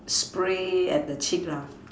spray at the chick lah